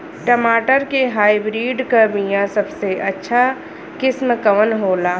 टमाटर के हाइब्रिड क बीया सबसे अच्छा किस्म कवन होला?